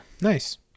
Nice